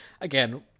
again